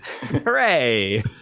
Hooray